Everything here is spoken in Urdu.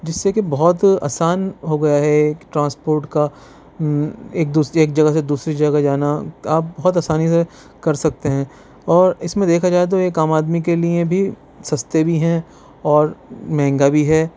جس سے کی بہت آسان ہو گیا ہے ٹرانسپورٹ کا ایک جگہ سے دوسری جگہ جانا اب بہت آسانی سے کر سکتے ہیں اور اس میں دیکھا جائے تو ایک عام آدمی کے لئے بھی سستے بھی ہیں اور مہنگا بھی ہے